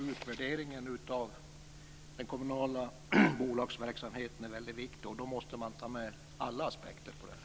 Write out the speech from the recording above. Utvärderingen av den kommunala bolagsverksamheten är mycket viktig, och då måste man ta med alla aspekter på detta.